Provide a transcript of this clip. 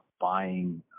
buying